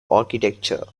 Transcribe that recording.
architecture